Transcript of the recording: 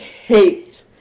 Hate